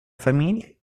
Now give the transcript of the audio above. famille